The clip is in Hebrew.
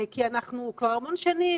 כי אנחנו כבר המון שנים